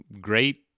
great